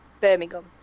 Birmingham